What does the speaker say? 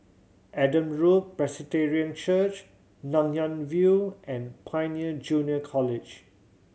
Adam Road Presbyterian Church Nanyang View and Pioneer Junior College